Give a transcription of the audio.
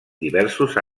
diversos